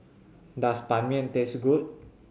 does Ban Mian taste good